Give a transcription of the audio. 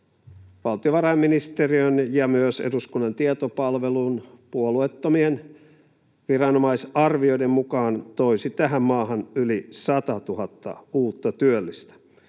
valtiovarainministeriön ja myös eduskunnan tietopalvelun puolueettomien viran-omaisarvioiden mukaan toisi tähän maahan yli 100 000 uutta työllistä.